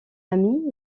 ami